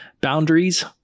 Boundaries